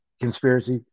conspiracy